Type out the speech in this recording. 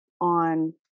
on